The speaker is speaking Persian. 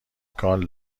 کال